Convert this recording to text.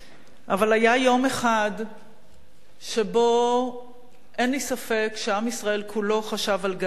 אבל היה יום אחד שבו אין לי ספק שעם ישראל כולו חשב על גנדי,